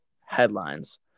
headlines